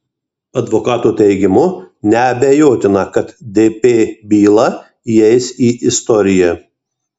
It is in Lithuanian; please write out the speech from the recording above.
advokato teigimu neabejotina kad dp byla įeis į istoriją